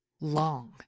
Long